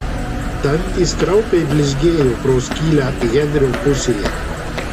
dantys kraupiai blizgėjo pro skylę henrio pusėje